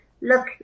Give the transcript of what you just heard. Look